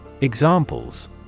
Examples